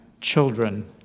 children